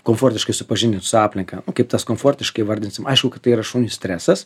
komfortiškai supažindint su aplinka nu kaip tas komfortiškai įvardinsim aišku kad tai yra šuniui stresas